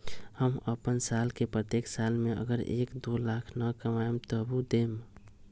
हम अपन साल के प्रत्येक साल मे अगर एक, दो लाख न कमाये तवु देम?